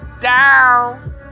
down